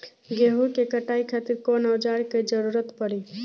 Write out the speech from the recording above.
गेहूं के कटाई खातिर कौन औजार के जरूरत परी?